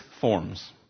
forms